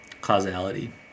causality